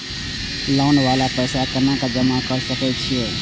Loan वाला पैसा केना जमा कर सके छीये?